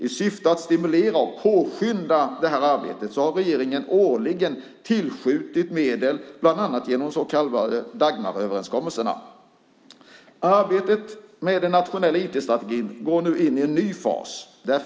I syfte att stimulera och påskynda det här arbetet har regeringen årligen tillskjutit medel, bland annat genom de så kallade Dagmaröverenskommelserna. Arbetet med den nationella IT-strategin går nu in i en ny fas.